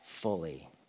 fully